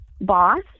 boss